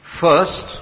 first